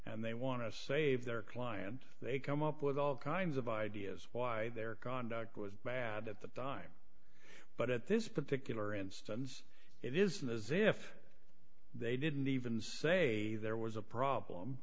and they want to save their client they come up with all kinds of ideas why their conduct was bad at the time but at this particular instance it isn't as if they didn't even say there was a problem